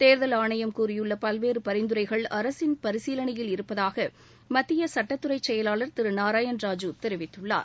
தேர்தல் ஆணையம் கூறியுள்ள பல்வேறு பரிந்துரைகள் அரசின் பரிசீலனையில் இருப்பதாக மத்திய சட்டத்துறை செயலாளர் திரு நாராயண் ராஜு தெரிவித்துள்ளார்